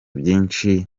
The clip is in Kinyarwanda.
byinshi